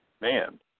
man